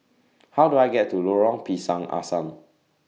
How Do I get to Lorong Pisang Asam